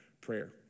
prayer